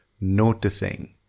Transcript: noticing